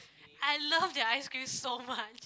I love their ice cream so much